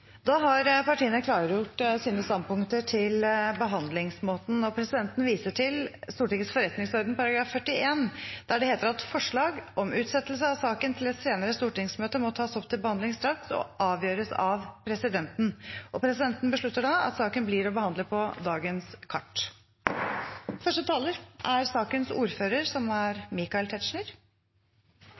Da har partiene klargjort sine standpunkter til behandlingsmåten. Presidenten viser til Stortingets forretningsordens § 41, der det heter: «Forslag om utsettelse av saken til et senere stortingsmøte må tas opp til behandling straks og avgjøres av presidenten.» Presidenten beslutter da at saken blir å behandle på dagens kart. Den nye etterretningsloven gjelder, akkurat som